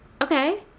Okay